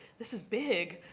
this is big.